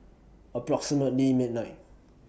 approximately midnight